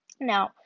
Now